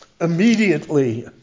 immediately